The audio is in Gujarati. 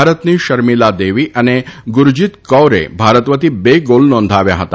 ભારતની શર્મીલા દેવી અને ગુરજીત કૌરે ભારત વતી બે ગોલ નોંધાવ્યા હતા